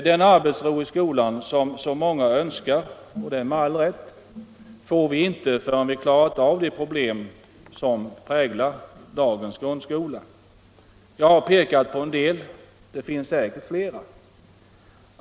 Den arbetsro i skolan som så många önskar, och det med all rätt, får vi inte förrän vi klarat av de problem som präglar dagens grundskola. Jag har pekat på en del, det finns säkert flera.